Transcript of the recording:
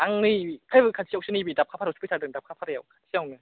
आं नै बा खाथियावसो नै बे दाबखाफारायावसो फैथारदों दाबखाफारायाव खाथियावनो